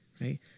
right